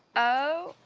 oh!